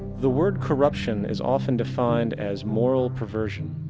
the word corruption is often defined as moral perversion.